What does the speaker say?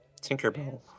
Tinkerbell